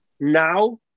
now